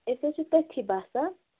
أسۍ حظ چھِ تٔتھٕے بسان